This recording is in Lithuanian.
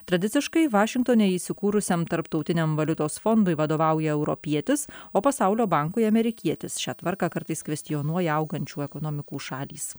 tradiciškai vašingtone įsikūrusiam tarptautiniam valiutos fondui vadovauja europietis o pasaulio bankui amerikietis šia tvarka kartais kvestionuoja augančių ekonomikų šalys